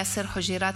יאסר חוג'יראת,